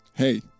Hey